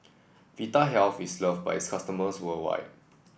Vitahealth is love by its customers worldwide